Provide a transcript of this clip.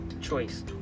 choice